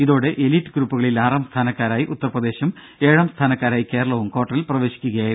ഇതോടെ എലീറ്റ് ഗ്രൂപ്പുകളിൽ ആറാം സ്ഥാനക്കാരായി ഉത്തർപ്രദേശും ഏഴാം സ്ഥാനക്കാരായി കേരളവും ക്വാർട്ടറിൽ പ്രവേശിക്കുകയായിരുന്നു